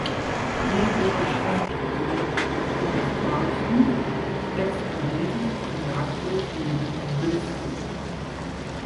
jeigu po švenčių turėsite kokių nors klausimų teks kalbėtis su daktaru eibių bristoliu